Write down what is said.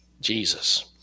Jesus